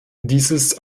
dieses